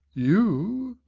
you?